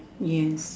yes